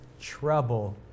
trouble